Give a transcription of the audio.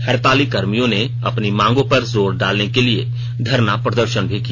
हडताली कर्मियों ने अपनी मांगों पर जोर डालने के लिए धरना प्रदर्शन भी किया